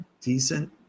decent